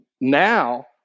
now